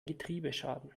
getriebeschaden